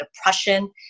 depression